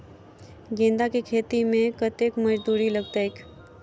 गेंदा केँ खेती मे कतेक मजदूरी लगतैक?